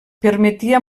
permetia